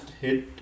hit